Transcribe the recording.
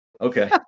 Okay